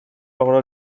logró